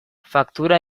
faktura